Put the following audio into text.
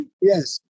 Yes